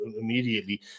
immediately